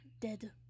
dead